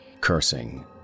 cursing